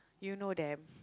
you know them